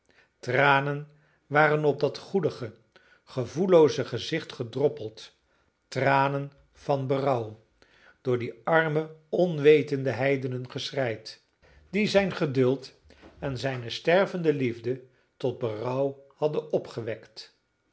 tranen waren op dat goedige gevoellooze gezicht gedroppeld tranen van berouw door die arme onwetende heidenen geschreid die zijn geduld en zijne stervende liefde tot berouw hadden opgewekt